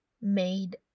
made